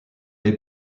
les